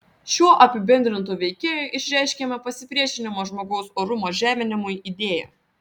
šiuo apibendrintu veikėju išreiškiama pasipriešinimo žmogaus orumo žeminimui idėja